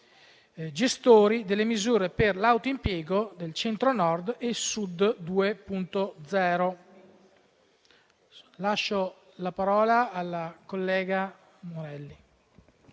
gestori delle misure per l'autoimpiego nel Centro-Nord e Sud 2.0. Lascio ora la parola alla collega Murelli.